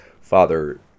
father